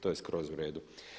To je skroz u redu.